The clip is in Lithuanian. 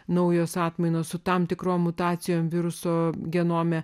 naujos atmainos su tam tikru mutacijom viruso genome